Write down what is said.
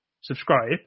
subscribe